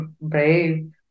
brave